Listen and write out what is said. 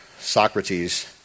Socrates